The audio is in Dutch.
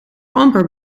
amper